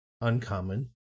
uncommon